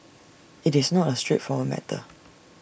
IT is not A straightforward matter